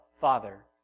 Father